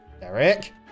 Derek